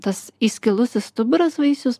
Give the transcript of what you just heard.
tas įskilusis stuburas vaisius